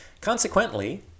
Consequently